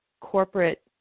corporate